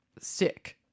sick